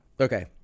Okay